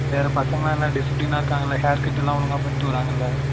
வேறு பசங்களாம் என்ன டிசிப்பிலினா இருக்காங்கள்லை ஹேர்கட் எல்லாம் ஒழுங்கா பண்ணிட்டு வராங்கள்ல